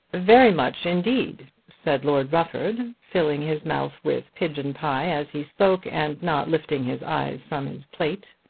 very much indeed, said lord rufford, filling his mouth with pigeon-pie as he spoke, and not lifting his eyes from his plate.